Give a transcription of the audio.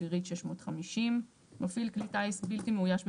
אווירית 650. מפעיל כלי טיס בלתי מאויש,